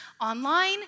online